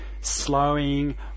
slowing